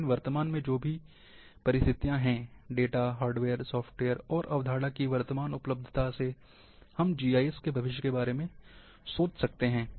लेकिन वर्तमान जो भी हो परिस्थितियां हैं डेटा हार्डवेयर सॉफ्टवेयर और अवधारणा की वर्तमान उपलब्धता से हम जीआईएस के भविष्य के बारे में कुछ सोच सकते हैं